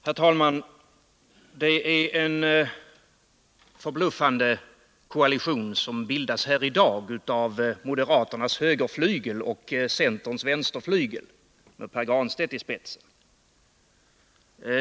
Fru talman! Det är en förbluffande koalition som bildats här i dag av — Om anställningsmoderaternas högerflygel och centerns vänsterflygel med Pär Granstedt i — garantin för anspetsen.